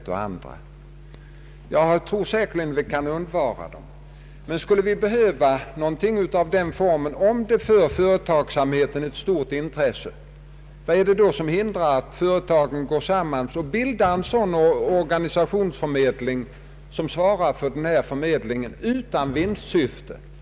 Om vi skulle behöva någonting av den formen, och om det föreligger ett stort intresse härför, vad är det då som hindrar att företagen går samman och bildar en sådan förmedling utan vinstsyfte?